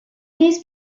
these